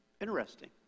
interesting